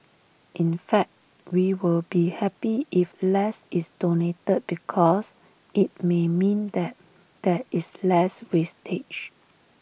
in fact we will be happy if less is donated because IT may mean that there is less wastage